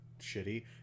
shitty